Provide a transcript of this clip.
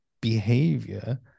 behavior